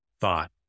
thought